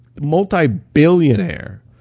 multi-billionaire